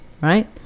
right